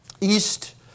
east